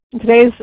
Today's